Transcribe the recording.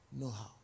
know-how